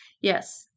Yes